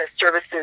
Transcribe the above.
services